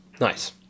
nice